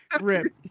rip